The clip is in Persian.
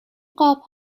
قاب